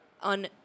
on